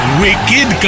wicked